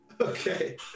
Okay